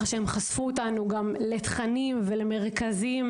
הם חשפו אותנו למרכזים ולתכנים,